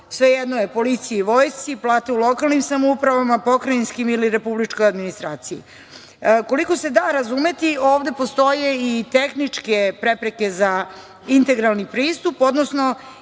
svejedno je, policiji, vojsci, plate u lokalnim samoupravama, pokrajinskim ili republičkoj administraciji. Koliko se da razumeti, ovde postoje i tehničke prepreke za integralni pristup, odnosno